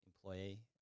employee